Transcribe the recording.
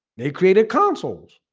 they created councils